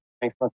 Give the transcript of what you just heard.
Thanks